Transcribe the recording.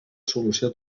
solució